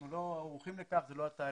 אנחנו לא ערוכים לכך וזה לא התהליך.